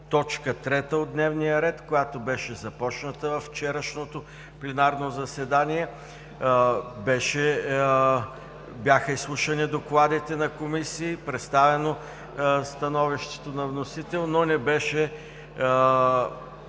точка трета от дневния ред, която беше започната във вчерашното пленарно заседание. Бяха изслушани докладите на комисиите, беше представено становището на вносителя, но не беше